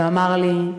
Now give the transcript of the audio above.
ואמר לי: